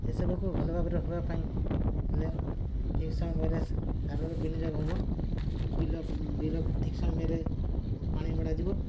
ଏସବୁକୁ ଭଲ ଭାବରେ ହେବା ପାଇଁ ହେଲେ ଠିକ୍ ସମୟରେ ସାରରେ ବିନିଯୋଗ ହବ ବିଲ ବିଲ ଠିକ୍ ସମୟରେ ପାଣି ମଡ଼ାଯିବ